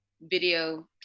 video